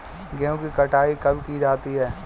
गेहूँ की कटाई कब की जाती है?